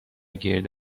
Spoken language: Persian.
گرد